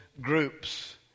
groups